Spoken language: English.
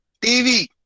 TV